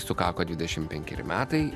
sukako dvidešim penkeri metai